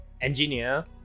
engineer